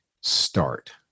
start